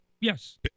Yes